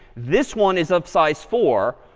this one is of size four,